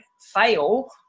fail